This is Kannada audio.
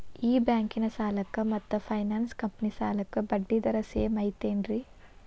ಈ ಬ್ಯಾಂಕಿನ ಸಾಲಕ್ಕ ಮತ್ತ ಫೈನಾನ್ಸ್ ಕಂಪನಿ ಸಾಲಕ್ಕ ಬಡ್ಡಿ ದರ ಸೇಮ್ ಐತೇನ್ರೇ?